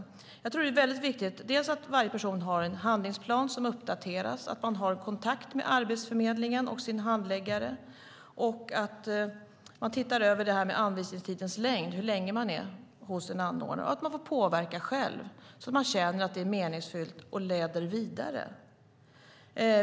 Jag tror att det är väldigt viktigt att varje person har en handlingsplan som uppdateras, att personen i fråga har kontakt med Arbetsförmedlingen och sin handläggare och att man tittar över anvisningstidens längd, alltså hur länge en person är hos en anordnare, och att de själva får påverka så att de känner att det är meningsfullt och leder vidare.